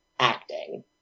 acting